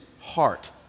heart